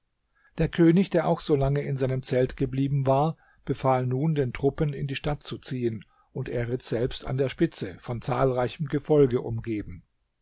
der könig der auch so lange in seinem zelt geblieben war befahl nun den truppen in die stadt zu ziehen und er ritt selbst an der spitze von zahlreichem gefolge umgeben